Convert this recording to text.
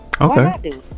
Okay